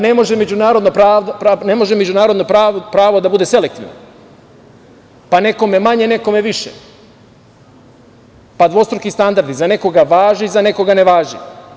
Ne može međunarodno pravo da bude selektivno, pa nekome manje, nekome više, pa dvostruki standardi, za nekoga važi, za nekoga ne važi.